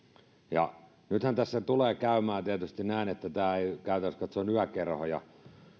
ja yökerhoja nythän tässä tulee käymään tietysti näin että tämä ei käytännössä katsoen yökerhoja